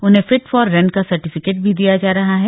उन्हें fit for run का certificate भी दिया जा रहा है